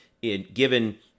given